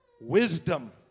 wisdom